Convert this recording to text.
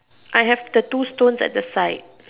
I have the two stones a the side